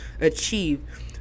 achieve